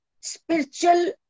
Spiritual